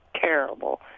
terrible